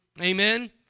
Amen